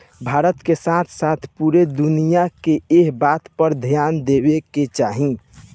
भारत के साथे साथे पूरा दुनिया के एह बात पर ध्यान देवे के चाही